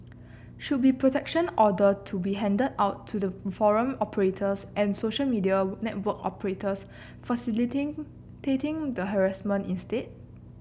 should be protection order to be handed out to the forum operators and social media network operators the harassment instead